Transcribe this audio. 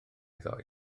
ddoe